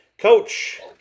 Coach